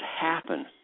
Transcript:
happen